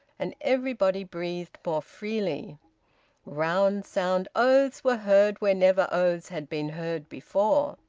and everybody breathed more freely round, sound oaths were heard where never oaths had been heard before.